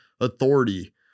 Authority